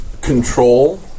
control